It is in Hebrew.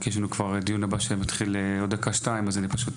כי בעוד דקה או שתיים מתחיל לנו דיון נוסף,